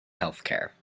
healthcare